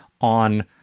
on